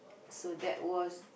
so that was